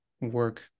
work